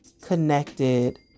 connected